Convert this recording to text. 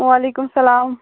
وَعلیکُم اَسَلام